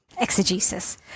Exegesis